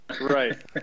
Right